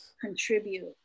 contribute